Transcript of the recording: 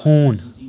ہوٗن